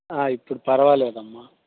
ఇప్పుడు పరవాలేదమ్మా